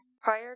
Prior